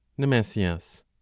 nemesius